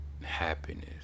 happiness